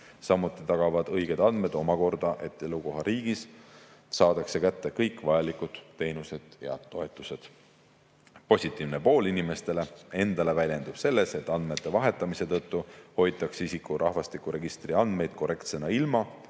Samuti tagavad õiged andmed omakorda, et elukohariigis saadakse kätte kõik vajalikud teenused ja toetused. Positiivne pool inimestele endale väljendub selles, et andmete vahetamise tõttu hoitakse isiku rahvastikuregistri andmeid korrektsena ilma,